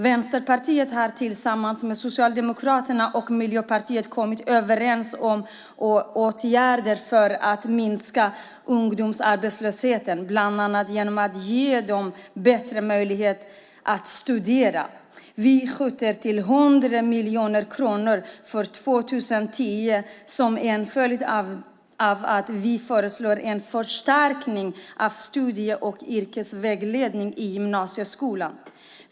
Vänsterpartiet har tillsammans med Socialdemokraterna och Miljöpartiet kommit överens om åtgärder för att minska ungdomsarbetslösheten, bland annat genom att ge dem bättre möjligheter att studera. Vi skjuter till 100 miljoner kronor för 2010 som en följd av att vi föreslår en förstärkning av studie och yrkesvägledningen i gymnasieskolan.